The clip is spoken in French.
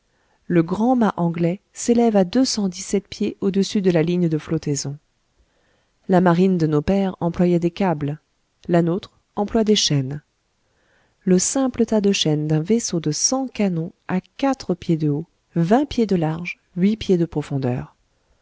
le grand mât anglais s'élève à deux cent dix-sept pieds au-dessus de la ligne de flottaison la marine de nos pères employait des câbles la nôtre emploie des chaînes le simple tas de chaînes d'un vaisseau de cent canons a quatre pieds de haut vingt pieds de large huit pieds de profondeur